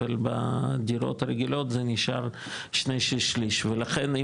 אבל בדירות הרגילות זה נשאר שני שליש/שליש ולכן,